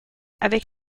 avec